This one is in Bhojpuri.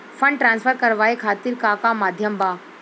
फंड ट्रांसफर करवाये खातीर का का माध्यम बा?